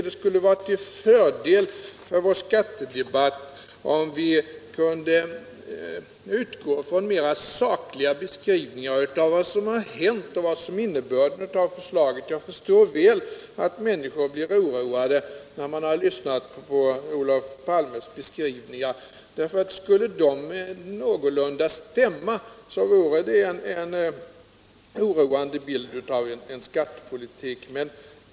Det skulle vara till fördel för vår skattedebatt, om vi kunde utgå från mer sakliga beskrivningar av vad som har hänt och vad som är innebörden i förslagen. Jag förstår att människor blir oroade efter att ha lyssnat på Olof Palmes beskrivningar. Skulle de någorlunda stämma, vore det en oroande bild av skattepolitiken.